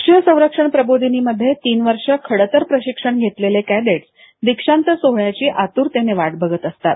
राष्ट्रीय संरक्षण प्रबोधिनीमध्ये तीन वर्ष खडतर प्रशिक्षण घेतलेले कॅडेट्स दीक्षांत सोहळ्याची आतूरतेने वाट बघत असतात